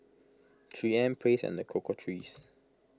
three M Praise and the Cocoa Trees